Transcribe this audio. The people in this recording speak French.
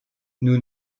nous